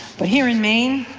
but here in maine,